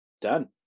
Done